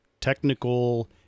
technical